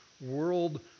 world